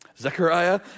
Zechariah